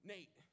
Nate